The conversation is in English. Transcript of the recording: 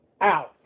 out